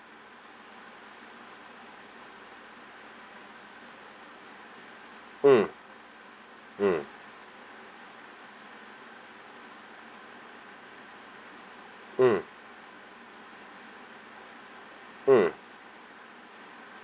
mm mm mm mm